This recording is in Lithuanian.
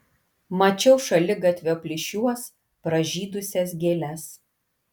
mačiau šaligatvio plyšiuos pražydusias gėles